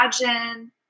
imagine